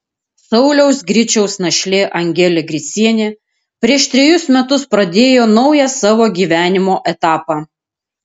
sauliaus griciaus našlė angelė gricienė prieš trejus metus pradėjo naują savo gyvenimo etapą